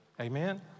amen